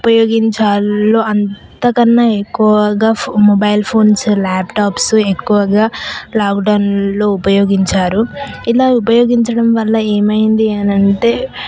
ఉపయోగించాలో అంత కన్నా ఎక్కువగా ఫోన్ మొబైల్ ఫోన్స్ లాప్టాప్స్ ఎక్కువగా లాక్డౌన్లో ఉపయోగించారు ఇలా ఉపయోగించడం వల్ల ఏమైంది అని అంటే